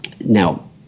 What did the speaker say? Now